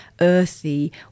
earthy